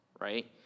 right